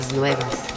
nuevas